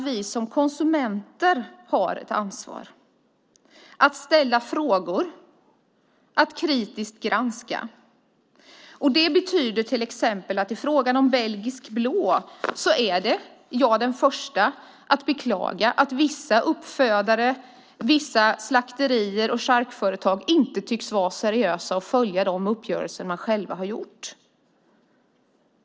Vi konsumenter har ett ansvar att ställa frågor och kritiskt granska. I frågan om belgisk blå är jag den första att beklaga att vissa uppfödare, slakterier och charkföretag inte tycks vara seriösa och följa de uppgörelser de själva har gjort.